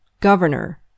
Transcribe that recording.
Governor